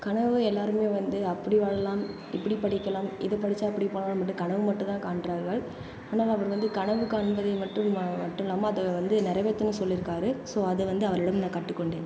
கனவு எல்லோருமே வந்து அப்படி வாழலாம் இப்படி படிக்கலாம் இத படிச்சால் இப்படி போகலாம் என்று கனவு மட்டும் தான் காண்ட்ரார்கள் ஆனால் அவர் வந்து கனவு காண்பதை மட்டும் மட்டும் இல்லாமல் அதை வந்து நிறவேற்றணும் சொல்லியிருக்காரு ஸோ அதை வந்து அவரிடம் நான் கற்று கொண்டேன்